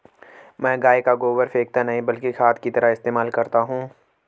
मैं गाय का गोबर फेकता नही बल्कि खाद की तरह इस्तेमाल करता हूं